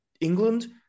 England